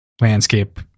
landscape